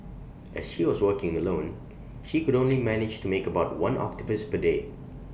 as she was working alone she could only manage to make about one octopus per day